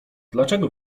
dlaczego